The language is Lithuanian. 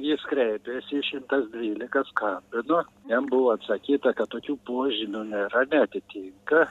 jis kreipėsi į šimtas dvylika skambino jam buvo atsakyta kad tokių požymių nėra neatitinka